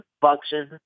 function